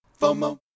FOMO